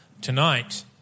tonight